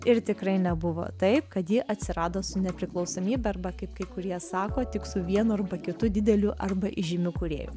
ir tikrai nebuvo taip kad ji atsirado su nepriklausomybe arba kaip kai kurie sako tik su vienu arba kitu dideliu arba įžymiu kūrėju